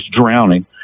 drowning